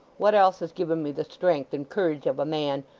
what else has given me the strength and courage of a man,